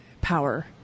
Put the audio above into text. power